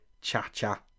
cha-cha